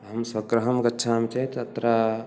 अहं स्वग्रहं गच्छामि चेत् तत्र